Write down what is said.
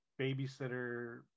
babysitter